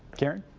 karen?